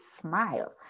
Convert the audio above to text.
smile